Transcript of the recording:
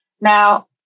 now